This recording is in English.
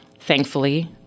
Thankfully